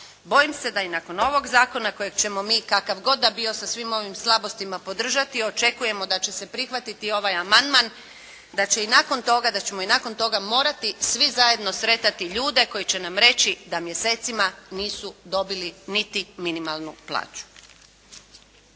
Bojim se da i nakon ovog zakona kojeg ćemo mi kakav god da bio sa svim ovim slabostima podržati i očekujemo da će se prihvatiti ovaj amandman, da će i nakon toga, da ćemo i nakon toga morati svi zajedno sretati ljude koji će nam reći da mjesecima nisu dobili niti minimalnu plaću.